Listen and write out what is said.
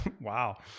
Wow